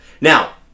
Now